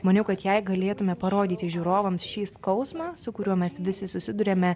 maniau kad jei galėtume parodyti žiūrovams šį skausmą su kuriuo mes visi susiduriame